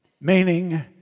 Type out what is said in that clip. meaning